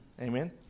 Amen